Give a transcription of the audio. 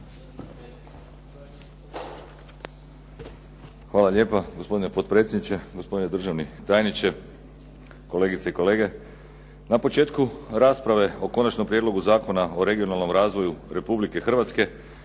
Hvala lijepa gospodine potpredsjedniče, gospodine državni tajniče, kolegice i kolege. Na početku rasprave o Konačnom prijedlogu zakona o regionalnom razvoju Republike Hrvatske,